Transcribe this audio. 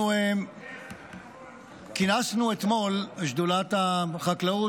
כינסנו אתמול בשדולת החקלאות,